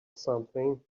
something